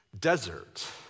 desert